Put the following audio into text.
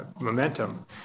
momentum